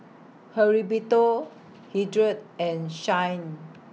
Heriberto Hildred and Shyann